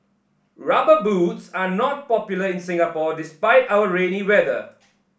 rubber boots are not popular in Singapore despite our rainy weather